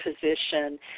position